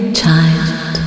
child